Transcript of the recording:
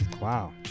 Wow